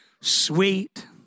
sweet